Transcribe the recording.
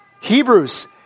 Hebrews